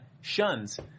shuns